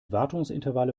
wartungsintervalle